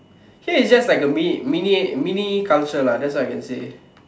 here it's just like a mini mini mini culture lah that's what I can say